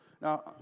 Now